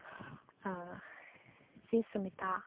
ꯏꯆꯦ ꯁꯨꯃꯤꯇꯥ